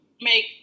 make